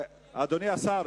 אדוני השר,